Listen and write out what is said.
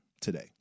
today